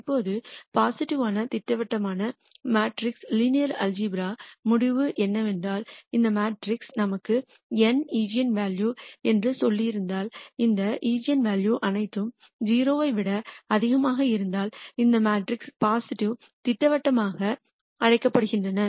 இப்போது ஒரு பாசிட்டிவ் யான திட்டவட்டமான மேட்ரிக்ஸின் லீனியர் அல்ஜிப்ரா முடிவு என்னவென்றால் இந்த மேட்ரிக்ஸ் நமக்கு n இஜெண்வேல்யூ என்று சொல்லியிருந்தால் இந்த இஜெண்வேல்யூ அனைத்தும் 0 ஐ விட அதிகமாக இருந்தால் இந்த மேட்ரிக்ஸ் பாசிட்டிவ் திட்டவட்டமாக அழைக்கப்படுகிறது